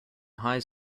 high